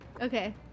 okay